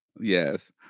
Yes